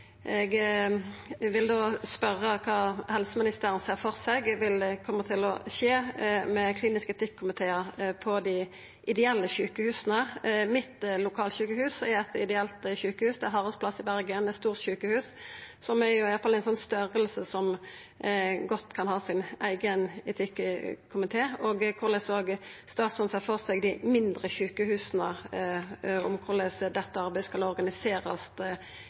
Eg vil spørja om kva helseministeren ser for seg vil koma til å skje med kliniske etikkomitear på dei ideelle sjukehusa. Mitt lokalsjukehus, Haraldsplass sjukehus i Bergen, er eit ideelt sjukehus. Det er eit stort sjukehus, som etter storleiken godt kunne ha sin eigen etikkomite. Korleis ser statsråden for seg at dette skal organiserast ved dei mindre sjukehusa